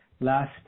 last